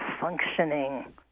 functioning